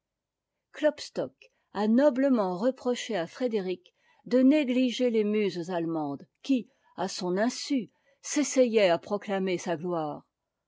klopstock a noblement reproché à frédéric de négliger les muses allemandes qui à son insu s'essayaient à proclamer sa gloire